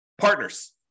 Partners